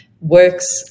Works